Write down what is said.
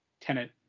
tenant